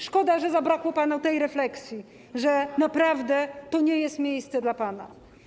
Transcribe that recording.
Szkoda, że zabrakło panu tej refleksji, że naprawdę to nie jest miejsce dla pana.